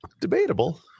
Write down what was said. debatable